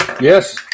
Yes